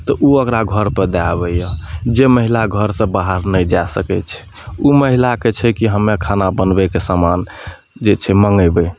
तऽ ओ ओकरा घरपर दए अबैया जे महिला घरसे बाहर नहि जा सकै छै ओ महिलाके छै की हमे खाना बनबैके समान जे छै मङैबै